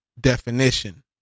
definition